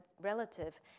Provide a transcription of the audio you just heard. relative